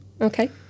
Okay